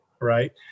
right